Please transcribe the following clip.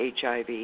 HIV